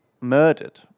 murdered